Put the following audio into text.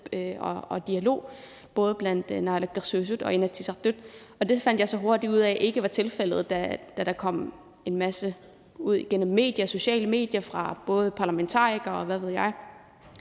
og dialog både i naalakkersuisut og Inatsisartut, men det fandt jeg så hurtigt ud af ikke var tilfældet, da der kom en masse ud gennem de sociale medier fra parlamentarikere, og hvad ved jeg.